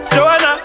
Joanna